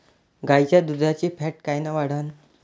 गाईच्या दुधाची फॅट कायन वाढन?